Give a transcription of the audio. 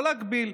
לא להגביל.